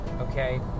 Okay